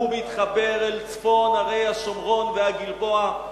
ומתחבר אל צפון ערי השומרון והגלבוע,